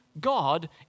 God